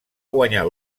guanyar